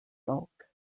bulk